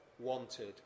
Wanted